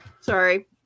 Sorry